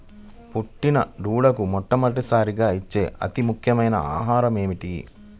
పుట్టిన దూడకు మొట్టమొదటిసారిగా ఇచ్చే అతి ముఖ్యమైన ఆహారము ఏంటి?